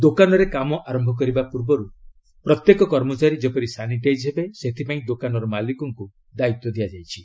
ଦୋକାନରେ କାମ ଆରମ୍ଭ କରିବା ପୂର୍ବରୁ ପ୍ରତ୍ୟେକ କର୍ମଚାରୀ ଯେପରି ସାନିଟାଇଜ୍ ହେବେ ସେଥିପାଇଁ ଦୋକାନର ମାଲିକଙ୍କୁ ଦାୟିତ୍ୱ ଦିଆଯାଇଛି